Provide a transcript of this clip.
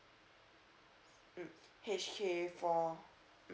mm H K four